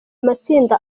matsinda